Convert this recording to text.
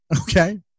Okay